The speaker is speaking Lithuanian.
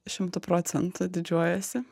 šimtu procentų didžiuojuosi